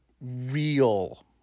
real